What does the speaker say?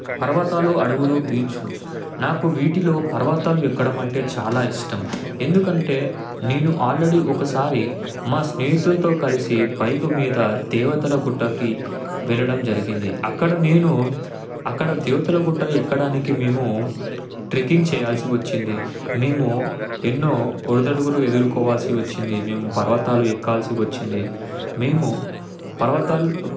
పర్వతాలు అడవులు బీచ్లు నాకు వీటిలో పర్వతాలు ఎక్కడం అంటే చాలా ఇష్టం ఎందుకంటే నేను ఆల్రెడీ ఒకసారి మా స్నేహితులతో కలిసి బైక్ మీద దేవతల గుట్టకి వెళ్లడం జరిగింది అక్కడ నేను అక్కడ దేవతలగుట్ట ఎక్కడానికి మేము ట్రిక్కింగ్ చేయాల్సి వచ్చింది మేము ఎన్నో ఒడిదుడుగులు ఎదుర్కోవాల్సి వచ్చింది మేము పర్వతాలు ఎక్కాల్సి వచ్చింది మేము పర్వతాల